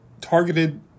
targeted